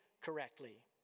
correctly